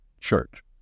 church